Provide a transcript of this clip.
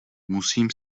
musím